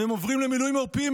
והם עוברים למילואים עורפיים,